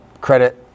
credit